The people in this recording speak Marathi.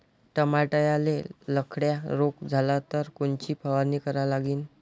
टमाट्याले लखड्या रोग झाला तर कोनची फवारणी करा लागीन?